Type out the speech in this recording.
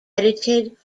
edited